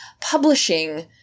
publishing